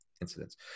incidents